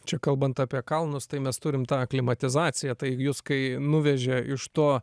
čia kalbant apie kalnus tai mes turim tą aklimatizaciją tai jūs kai nuvežė iš to